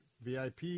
VIP